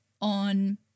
on